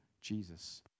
Jesus